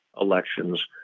elections